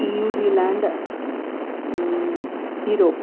New Zealand Europe